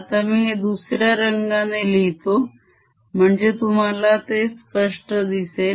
आता मी हे दुसऱ्या रंगाने लिहितो म्हणजे तुम्हाला ते स्पष्ट दिसेल